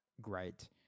great